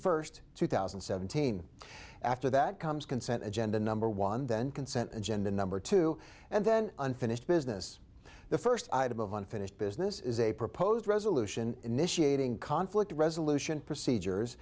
first two thousand and seventeen after that comes consent agenda number one then consent agenda number two and then unfinished business the first item of unfinished business is a proposed resolution initiating conflict resolution procedures